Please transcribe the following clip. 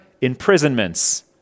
imprisonments